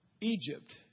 Egypt